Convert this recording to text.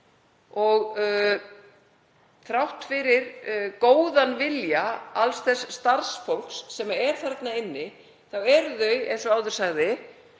og þrátt fyrir góðan vilja alls þess starfsfólks sem er þarna inni. Það er, eins og áður sagði,